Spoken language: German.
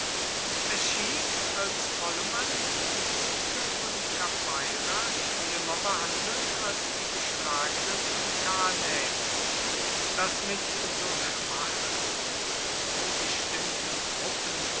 es schien als wolle man die sieger von kabeira schlimmer behandeln als die geschlagenen von cannae daß mit so schwachen und so gestimmten truppen